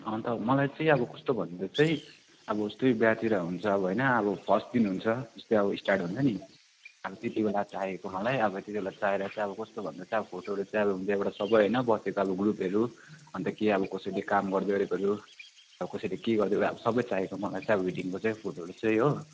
अन्त मलाई चाहिँ अब कस्तो भन्दा चाहिँ अब जस्तै बिहातिर हुन्छ अब होइन अब फर्स्ट दिन हुन्छ जस्तै अब स्टार्ट हुन्छ नि अब त्यति बेला चाहिएको मलाई अब त्यति बेला चाहिएर चाहिँ अब कस्तो भन्दा चाहिँ अब फोटोहरू चाहिँ अब हुन्छ यहाँबाट सबै होइन बसेको अब ग्रुपहरू अन्त के अब कसैले काम गर्दै गरेकोहरू अब कसैले के गर्दै गरेको अब सबै चाहिएको मलाई चाहिँ अब वेडिङको चाहिँ फोटोहरू चाहिँ हो